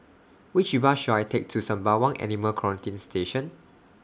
Which Bus should I Take to Sembawang Animal Quarantine Station